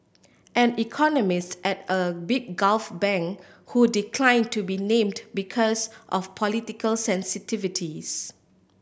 an economist at a big Gulf bank who declined to be named because of political sensitivities